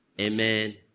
Amen